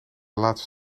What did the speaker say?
laatste